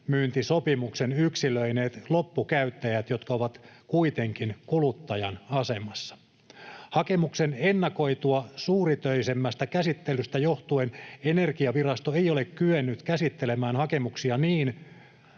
sähkönmyyntisopimuksen yksilöineet loppukäyttäjät, jotka ovat kuitenkin kuluttajan asemassa. Hakemusten ennakoitua suuritöisemmästä käsittelystä johtuen Energiavirasto ei ole kyennyt käsittelemään hakemuksia niin,